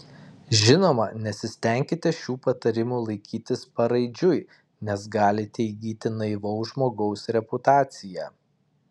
žinoma nesistenkite šių patarimų laikytis paraidžiui nes galite įgyti naivaus žmogaus reputaciją